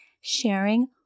sharing